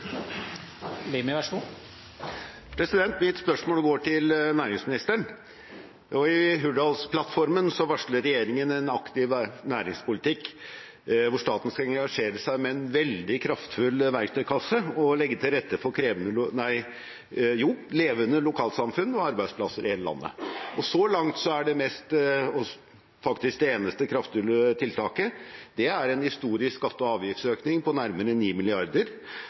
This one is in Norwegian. Mitt spørsmål går til næringsministeren. I Hurdalsplattformen varsler regjeringen en aktiv næringspolitikk, hvor staten skal engasjere seg med en veldig kraftfull verktøykasse og legge til rette for levende lokalsamfunn og arbeidsplasser i hele landet. Så langt er det eneste kraftfulle tiltaket en historisk skatte- og avgiftsøkning på nærmere